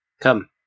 Come